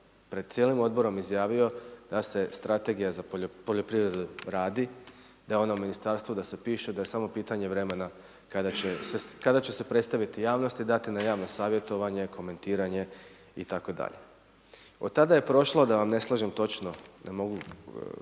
pred cijelim Odborom izjavio da se strategija za poljoprivredu radi, da je ona u ministarstvu, da se piše, da je samo pitanje vremena kada će se predstaviti javnosti, dati na javno savjetovanje, komentiranje itd. Od tada je prošlo da vam ne slažem točno ne mogu